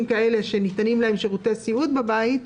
כאלה שניתנים להם שירותי סיעוד בבית,